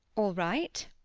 all right.